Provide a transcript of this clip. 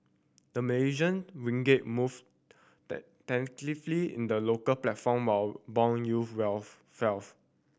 the Malaysian ringgit moved tentatively in the local platform while bond yields